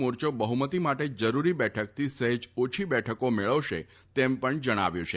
મોરચો બફમતી માટે જરૂરી બેઠકથી સહેજ ઓછી બેઠકો મેળવશે તેમ પણ જણાવ્યું છે